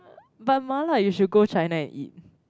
but mala you should go China and eat